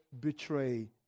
betray